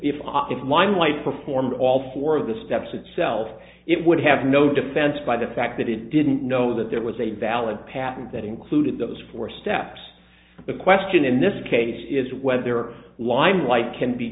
limelight performed all four of the steps itself it would have no defense by the fact that it didn't know that there was a valid patent that included those four steps the question in this case is whether limelight can be